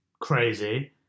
crazy